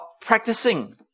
practicing